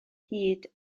hud